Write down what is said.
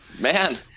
Man